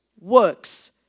Works